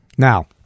Now